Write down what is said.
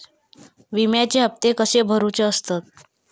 विम्याचे हप्ते कसे भरुचे असतत?